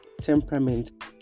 temperament